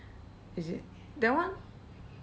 is it that one